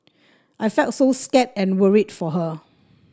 I felt so scared and worried for her